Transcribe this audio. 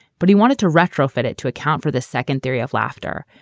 but he wanted to retrofit it to account for this second theory of laughter,